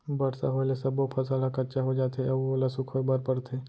बरसा होए ले सब्बो फसल ह कच्चा हो जाथे अउ ओला सुखोए बर परथे